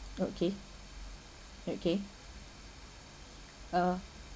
okay okay uh